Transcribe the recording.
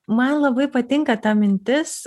man labai patinka ta mintis